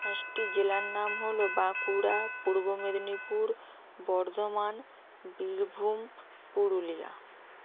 পাঁচটি জেলার নাম হল বাঁকুড়া পূর্ব মেদিনীপুর বর্ধমান বীরভূম পুরুলিয়া